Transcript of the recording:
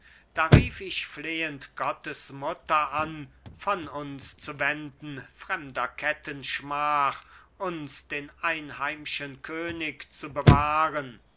da rief ich flehend gottes mutter an von uns zu wenden fremder ketten schmach uns den einheimschen könig zu bewahren